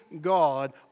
God